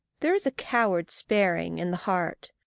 there is a coward sparing in the heart,